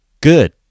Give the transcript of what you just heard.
good